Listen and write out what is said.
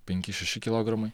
penki šeši kilogramai